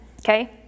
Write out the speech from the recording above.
Okay